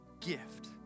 gift